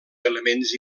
elements